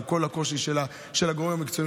עם כל הקושי של הגורמים המקצועיים,